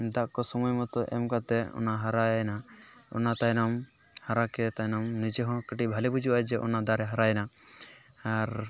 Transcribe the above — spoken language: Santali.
ᱫᱟᱜ ᱠᱚ ᱥᱚᱢᱚᱭ ᱢᱚᱛᱚ ᱮᱢᱠᱟᱛᱮᱫ ᱚᱱᱟ ᱦᱟᱨᱟᱭᱮᱱᱟ ᱚᱱᱟ ᱛᱟᱭᱱᱚᱢ ᱦᱟᱨᱟᱠᱮᱫ ᱛᱟᱭᱱᱚᱢ ᱱᱤᱡᱮ ᱦᱚᱸ ᱠᱟᱹᱴᱤᱡ ᱵᱷᱟᱹᱞᱤ ᱵᱩᱡᱟᱹᱜᱼᱟ ᱡᱮ ᱚᱱᱟ ᱫᱟᱨᱮ ᱦᱟᱨᱟᱭᱮᱱᱟ ᱟᱨ